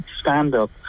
stand-up